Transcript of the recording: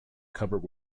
covered